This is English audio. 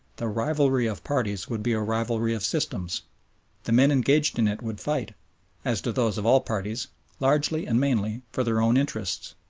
the rivalry of parties would be a rivalry of systems the men engaged in it would fight as do those of all parties largely and mainly for their own interests,